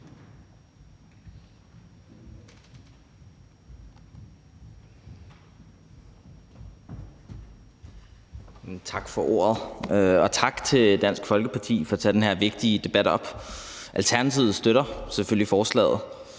Tak for ordet. Tak til Dansk Folkeparti for at tage den her vigtige debat op. Alternativet støtter selvfølgelig forslaget.